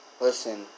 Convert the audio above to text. Listen